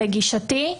לגישתי,